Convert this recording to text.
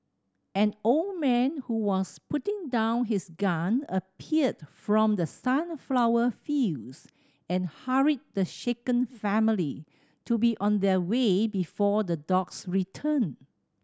an old man who was putting down his gun appeared from the sunflower fields and hurried the shaken family to be on their way before the dogs return